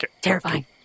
terrifying